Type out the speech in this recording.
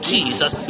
Jesus